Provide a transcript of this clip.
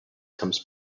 comes